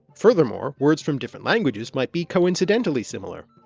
furthermore, words from different languages might be coincidentally similar.